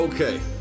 Okay